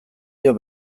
dio